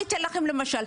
אני אתן לכם למשל,